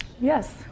Yes